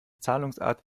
zahlungsart